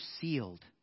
sealed